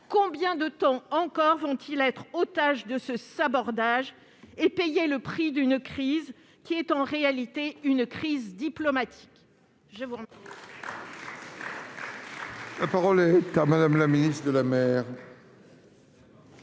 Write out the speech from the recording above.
Combien de temps encore vont-ils être les otages de ce sabordage et payer le prix d'une crise qui est en réalité diplomatique ?